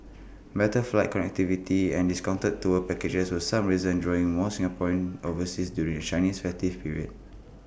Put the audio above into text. better flight connectivity and discounted tour packages were some reasons drawing more Singaporeans overseas during the Chinese festive period